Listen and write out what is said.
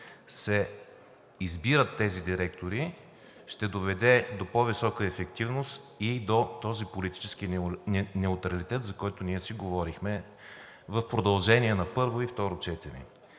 се избират тези директори, ще доведе до по-висока ефективност и до този политически неутралитет, за който ние си говорихме в продължение на първо и второ четене.